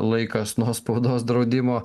laikas nuo spaudos draudimo